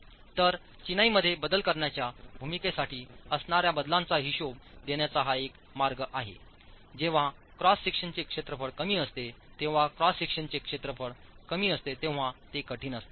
तर चिनाई मध्ये बदल करण्याच्या भूमिकेसाठी असणार्या बदलांचा हिशेब देण्याचा हा एक मार्ग आहेजेव्हा क्रॉस सेक्शनचे क्षेत्रफळ कमी असते तेव्हा क्रॉस सेक्शनचे क्षेत्रफळ कमी असते तेव्हा ते कठीण असते